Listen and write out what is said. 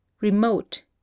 remote